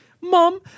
Mom